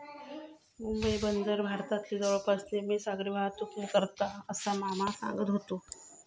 मुंबई बंदर भारतातली जवळपास निम्मी सागरी मालवाहतूक करता, असा मामा सांगत व्हतो